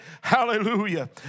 hallelujah